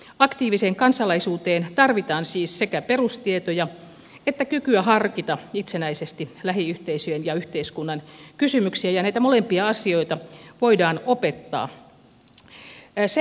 aktiiviseen kansalaisuuteen tarvitaan siis sekä perustietoja että kykyä harkita itsenäisesti lähiyhteisöjen ja yhteiskunnan kysymyksiä ja näitä molempia asioita voidaan opettaa